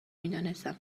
میدانستم